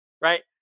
right